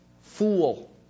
fool